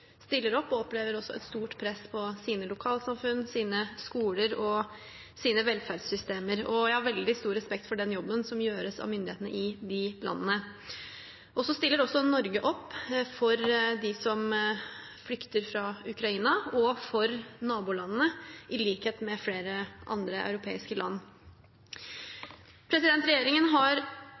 stiller opp og opplever også et stort press på sine lokalsamfunn, skoler og velferdssystemer. Jeg har veldig stor respekt for den jobben som gjøres av myndighetene i de landene. Så stiller også Norge opp for dem som flykter fra Ukraina, og for nabolandene, i likhet med flere andre europeiske land. Regjeringen har